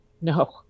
No